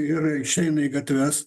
ir išeina į gatves